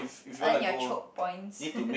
earn your Chope points